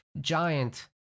giant